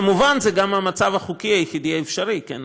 כמובן, זה גם המצב החוקי היחידי האפשרי, כן?